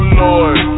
lord